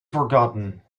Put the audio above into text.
forgotten